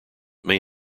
may